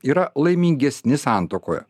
yra laimingesni santuokoje